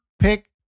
pick